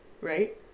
right